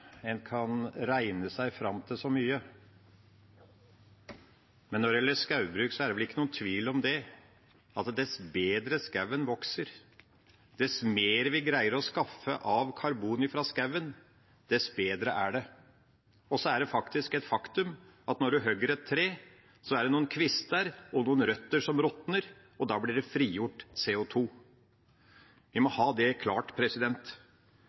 En kan regne seg fram til så mye, men når det gjelder skogbruk, er det vel ingen tvil om at dess bedre skogen vokser, dess mer vi greier å skaffe av karbon fra skogen, dess bedre er det. Og så er det et faktum at når man hogger et tre, er det noen kvister og røtter som råtner, og da blir det frigjort CO 2 . Vi må ha det klart.